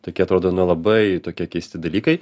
tokie atrodo na labai tokie keisti dalykai